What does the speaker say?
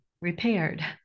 repaired